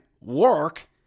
work